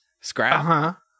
Scraps